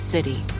City